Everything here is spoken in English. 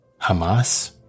Hamas